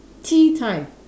tea time